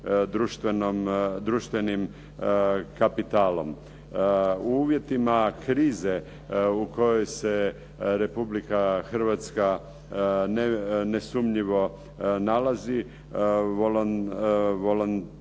društvenim kapitalom. U uvjetima krize u kojoj se Republika Hrvatska nesumnjivo nalazi volonterstvo